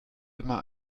immer